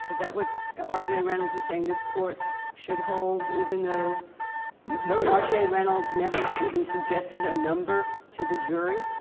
that what ah r j. reynolds is saying this court should hold even though yeah r j. reynolds never and suggested a number to the jury?